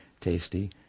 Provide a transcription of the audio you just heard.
tasty